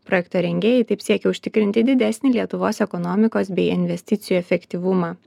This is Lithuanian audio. projekto rengėjai taip siekia užtikrinti didesnį lietuvos ekonomikos bei investicijų efektyvumą